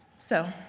so